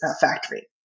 factory